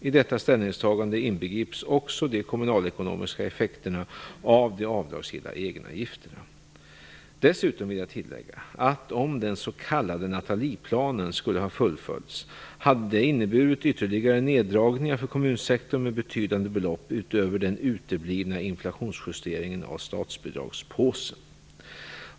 I detta ställningstagande inbegrips också de kommunalekonomiska effekterna av de avdragsgilla egenavgifterna. Dessutom vill jag tillägga att om den s.k. Nathalieplanen skulle ha fullföljts hade det inneburit ytterligare neddragningar för kommunsektorn med betydande belopp utöver den uteblivna inflationsjusteringen av statsbidragspåsen.